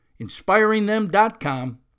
Inspiringthem.com